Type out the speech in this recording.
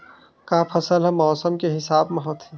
का फसल ह मौसम के हिसाब म होथे?